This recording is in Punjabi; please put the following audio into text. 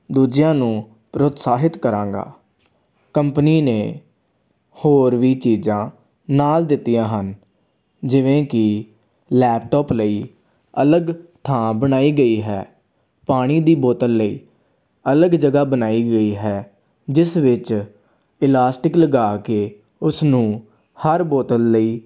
ਦੂਜਿਆਂ ਨੂੰ ਪ੍ਰੋਤਸਾਹਿਤ ਕਰਾਂਗਾ ਕੰਪਨੀ ਨੇ ਹੋਰ ਵੀ ਚੀਜ਼ਾਂ ਨਾਲ ਦਿੱਤੀਆਂ ਹਨ ਜਿਵੇਂ ਕਿ ਲੈਪਟੋਪ ਲਈ ਅਲੱਗ ਥਾਂ ਬਣਾਈ ਗਈ ਹੈ ਪਾਣੀ ਦੀ ਬੋਤਲ ਲਈ ਅਲੱਗ ਜਗ੍ਹਾ ਬਣਾਈ ਗਈ ਹੈ ਜਿਸ ਵਿੱਚ ਇਲਾਸਟਿਕ ਲਗਾ ਕੇ ਉਸ ਨੂੰ ਹਰ ਬੋਤਲ ਲਈ